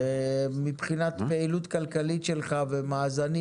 ומבחינת פעילות כלכלית שלך ומאזנים,